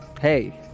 hey